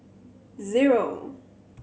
zero